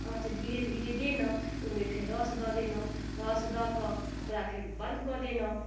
आँच धीरे धीरे धयलहुँ तऽ ओहिमे फेर रस दऽ देलहुँ रस दऽ कऽ ओकरा फेर बंद कऽ देलहुँ